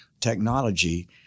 technology